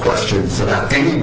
question and